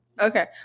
Okay